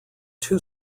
two